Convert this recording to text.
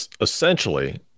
essentially